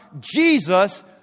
Jesus